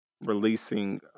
releasing